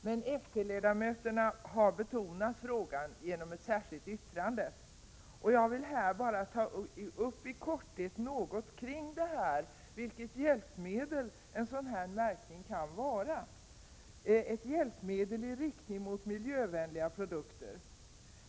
Men fp-ledamöterna i utskottet har velat understryka frågans vikt genom att avge ett särskilt yttrande. Jag vill i korthet påvisa vilket värdefullt hjälpmedel en sådan här märkning kan vara i strävandena att åstadkomma miljövänliga produkter.